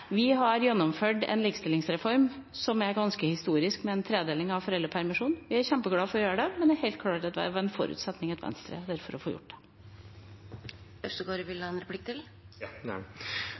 Vi har gjennomført en likestillingsreform som er ganske historisk, med en tredeling av foreldrepermisjonen. Vi er kjempeglad for det, men det er helt klart at det var en forutsetning at Venstre var der for å få gjort det.